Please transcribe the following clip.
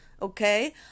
Okay